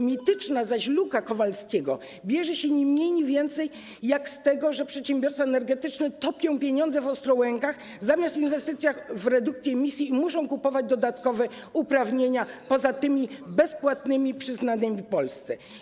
Mityczna zaś luka Kowalskiego bierze się ni mniej, ni więcej jak z tego, że przedsiębiorstwa energetyczne topią pieniądze w Ostrołękach zamiast w inwestycjach w redukcję emisji i muszą kupować dodatkowe uprawnienia poza tymi bezpłatnymi przyznanymi Polsce.